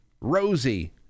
Rosie